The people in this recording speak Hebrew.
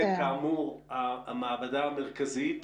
אתם כאמור המעבדה המרכזית.